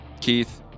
Keith